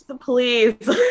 please